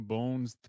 Bones